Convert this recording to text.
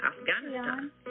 Afghanistan